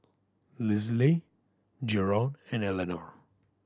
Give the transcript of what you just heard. Lisle Jaron and Elenor